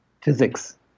physics